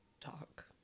talk